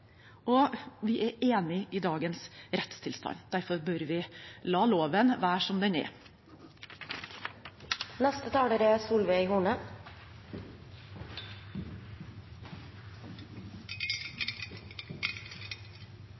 dag. Vi er enig i dagens rettstilstand. Derfor bør vi la loven være som den er.